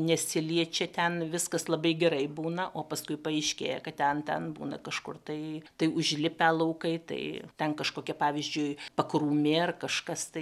nesiliečia ten viskas labai gerai būna o paskui paaiškėja kad ten ten būna kažkur tai tai užlipę laukai tai ten kažkokia pavyzdžiui pakrūmė ar kažkas tai